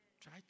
Try